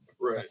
Right